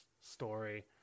story